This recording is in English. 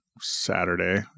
Saturday